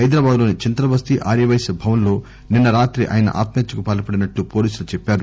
హైదరాబాద్ లోని చింతల్ బస్తీ ఆర్యవైశ్య భవన్ లో నిన్న రాత్రి ఆయన ఆత్మహత్యకు పాల్పడినట్లు పోలీసులు చెప్పారు